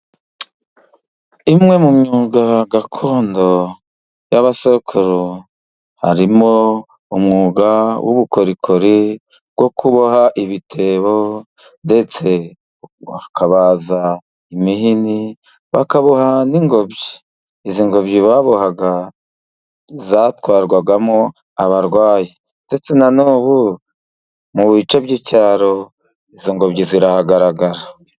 Imwe mu myuga gakondo ya basokuru harimo umwuga w'ubukorikori bwo kuboha ibitebo ndetse bakabaza imihini bakaboha n'ingobyi. Izi ngobyi babohaga zatwarwagamo abarwayi ndetse na nubu mu bice by'icyaro izo ngobyi zirahagaragara.